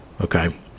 okay